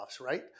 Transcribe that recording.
right